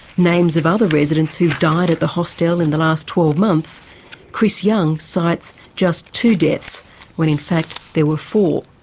names of other residents who've died at the hostel in the last twelve months chris young cites just two deaths when in fact there were four.